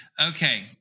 Okay